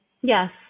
Yes